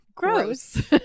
Gross